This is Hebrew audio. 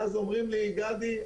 ואז אומרים לי: גדי,